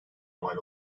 mal